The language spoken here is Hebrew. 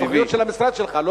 התוכניות של המשרד שלך.